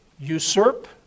usurp